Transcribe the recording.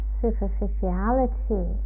superficiality